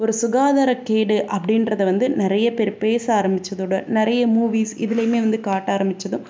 ஒரு சுகாதாரக்கேடு அப்டின்றதை வந்து நிறைய பேர் பேச ஆரம்பித்ததோட நிறைய மூவிஸ் இதுலேயுமே வந்து காட்ட ஆரம்பித்ததும்